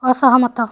ଅସହମତ